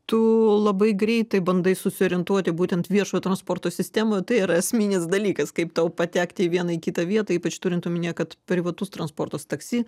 tu labai greitai bandai susiorientuoti būtent viešojo transporto sistemoj tai yra esminis dalykas kaip tau patekti į vieną į kitą vietą ypač turint omenyje kad privatus transportas taksi